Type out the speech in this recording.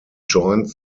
joined